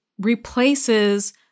replaces